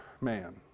man